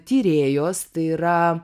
tyrėjos tai yra